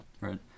Right